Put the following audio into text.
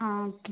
ആ ഓക്കെ